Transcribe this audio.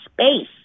space